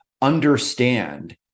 understand